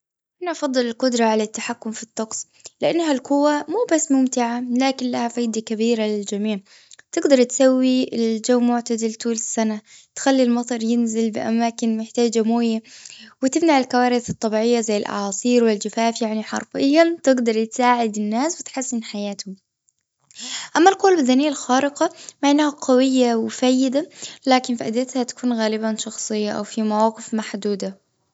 هنا أفضل القدرة على التحكم في الطقس. لأنها القوة مو بس ممتعة. لكن لها فايدة كبيرة للجميع. تقدر تسوي الجو معتدل طول السنة. تخلي المطر ينزل بأماكن محتاجة موية. وتمنع الكوارث الطبيعية زي الأعاصير والجفاف يعني حرفيا تقدري تساعد الناس في تحسن أما القوى البدنية الخارقة فإنها قوية ومفيدة لكن فاديتها تكون غالبا شخصية أو في مواقف محدودة.